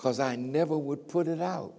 because i never would put it out